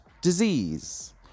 disease